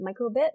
MicroBit